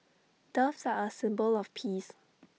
doves are A symbol of peace